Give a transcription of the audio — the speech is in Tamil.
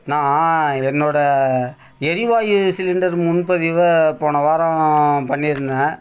நான் என்னோடய எரிவாயு சிலிண்டர் முன்பதிவை போன வாரம் பண்ணிருந்தேன்